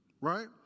Right